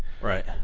Right